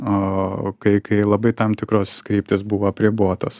o kai kai labai tam tikros kryptys buvo apribotos